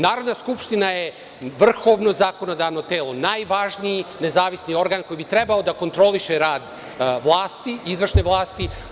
Narodna skupština je vrhovno zakonodavno telo, najvažniji nezavisni organ koji bi trebalo da kontroliše rad izvršne vlasti.